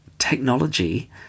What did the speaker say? technology